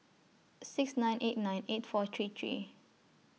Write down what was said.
six nine eight nine eight four three three